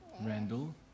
Randall